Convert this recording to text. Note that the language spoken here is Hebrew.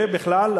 ובכלל,